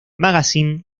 magazine